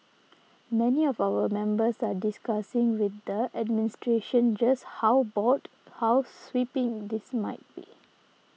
many of our members are discussing with the administration just how broad how sweeping this might be